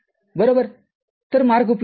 तर मार्ग उपलब्ध नाही